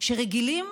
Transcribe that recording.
שרגילים